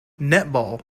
netball